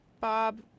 Bob